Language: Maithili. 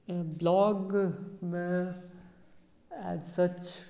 ब्लॉगमे एज सच